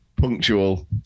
punctual